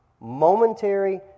momentary